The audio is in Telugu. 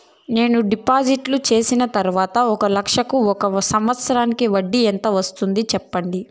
నేను డిపాజిట్లు చేసిన తర్వాత ఒక లక్ష కు ఒక సంవత్సరానికి వడ్డీ ఎంత వస్తుంది? సెప్పండి?